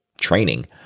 training